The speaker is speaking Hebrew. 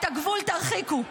את הגבול תרחיקו.